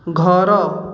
ଘର